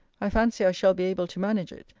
i fancy i shall be able to manage it,